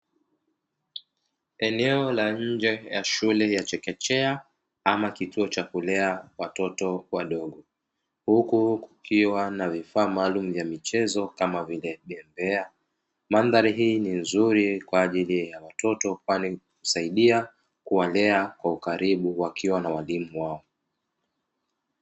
Eneo la nje la shule ya chekechea ama kituo cha kulea watoto wadogo; huku kukiwa na vifaa maalumu vya michezo kama vile bembea. Mandhari hii ni nzuri kwa ajili ya watoto kwani husaidia kuwalea kwa ukaribu wakiwa na walimu wao.